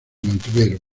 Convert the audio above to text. mantuvieron